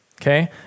okay